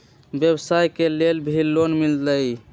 व्यवसाय के लेल भी लोन मिलहई?